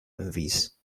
movies